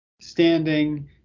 standing